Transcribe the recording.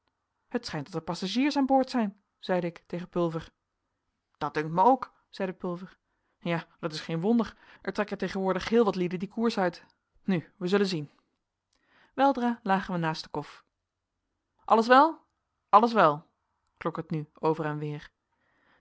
het schijnt dat er passagiers aan boord zijn zeide ik tegen pulver dat dunkt mij ook zeide pulver ja dat is geen wonder er trekken tegenwoordig heel wat lieden dien koers uit nu wij zullen zien weldra lagen wij naast de kof alles wel alles wel klonk het nu over en weer